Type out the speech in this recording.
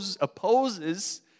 opposes